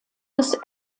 des